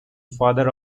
father